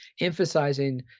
emphasizing